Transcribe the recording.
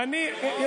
דבר על הכלכלה,